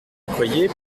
accoyer